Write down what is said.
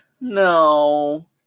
no